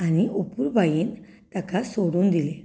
आनी अपुरबायेन ताका सोडून दिलो